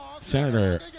Senator